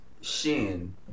Shin